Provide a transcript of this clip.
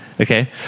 okay